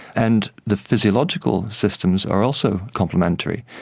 and the physiological systems are also complimentary.